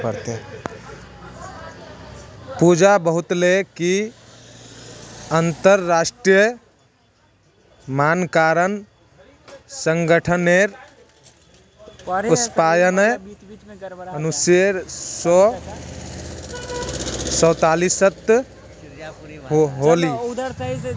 पूजा बताले कि अंतरराष्ट्रीय मानकीकरण संगठनेर स्थापना उन्नीस सौ सैतालीसत होले